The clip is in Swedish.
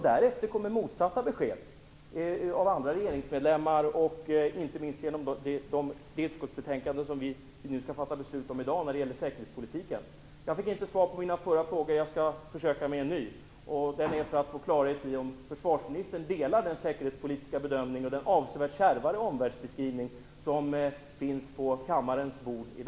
Därefter kommer motsatta besked av andra regeringsmedlemmar, och inte minst genom det utskottsbetänkande om säkerhetspolitiken som vi nu i dag skall fatta beslut om. Jag fick inte svar på mina föregående frågor. Jag skall för att få klarhet försöka med en ny fråga. Delar försvarsministern den säkerhetspolitiska bedömning och den avsevärt kärvare omvärldsbeskrivning som i dag finns på kammarens bord?